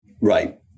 Right